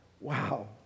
Wow